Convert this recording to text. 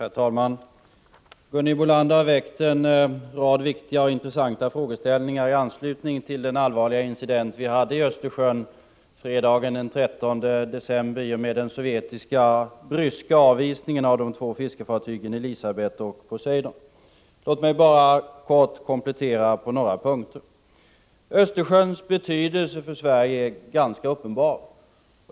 Herr talman! Gunhild Bolander har väckt en rad viktiga och intressanta frågor i anslutning till den allvarliga incident i Östersjön som inträffade fredagen den 13 december. Jag avser således den sovjetiska bryska avvisningen av de två svenska fartygen Elisabeth och Poseidon. Jag vill bara helt kort göra en komplettering på några punkter. Östersjöns betydelse för Sverige är ganska uppenbar.